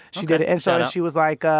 she did it. and so she was like. ah